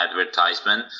Advertisement